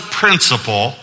principle